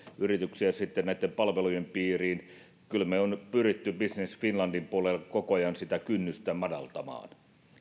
sitten näitten palvelujen piiriin kyllä me olemme pyrkineet business finlandin puolella koko ajan sitä kynnystä madaltamaan